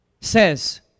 says